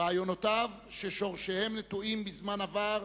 רעיונותיו, ששורשיהם נטועים בזמן עבר,